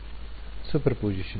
ವಿದ್ಯಾರ್ಥಿ ಸೂಪರ್ಪೋಸಿಷನ್